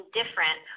different